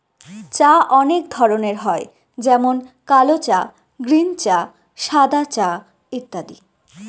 চা অনেক ধরনের হয় যেমন কাল চা, গ্রীন চা, সাদা চা ইত্যাদি